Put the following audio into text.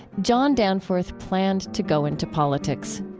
john danforth planned to go into politics